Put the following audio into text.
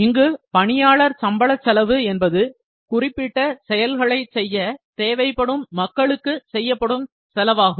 இங்கு பணியாளர் சம்பள செலவு என்பது குறிப்பிட்ட செயல்களை செய்ய தேவைப்படும் மக்களுக்கு செய்யப்படும் செலவாகும்